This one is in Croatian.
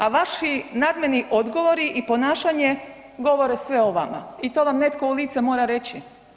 A vaši nadmeni odgovori i ponašanje govore sve o vama i to vam netko u lice mora reći.